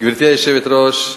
גברתי היושבת-ראש,